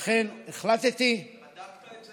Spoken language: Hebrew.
לכן החלטתי, בדקת את זה?